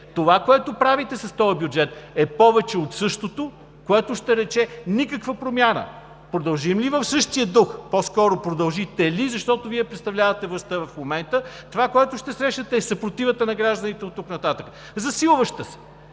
Това, което правите с този бюджет, е повече от същото, което ще рече никаква промяна. Продължим ли в същия дух, по-скоро – продължите ли, защото Вие представлявате властта в момента, това, което ще срещнете, е съпротивата на гражданите оттук нататък. Засилваща се.